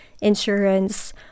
insurance